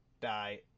die